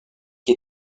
qui